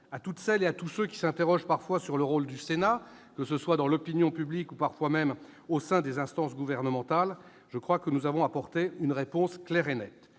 À toutes celles et à tous ceux qui s'interrogent parfois sur le rôle du Sénat, dans l'opinion publique ou même au sein des instances gouvernementales, je crois que nous avons apporté une réponse claire et nette.